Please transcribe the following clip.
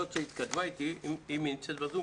אם זאת שהתכתבה איתי נמצאת בזום,